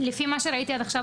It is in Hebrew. לפי מה שראיתי עד עכשיו,